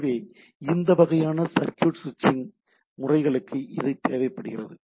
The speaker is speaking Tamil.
எனவே இந்த வகையான சர்க்யூட் ஸ்விட்சிங் முறைகளுக்கு இவை தேவைப்படுகின்றன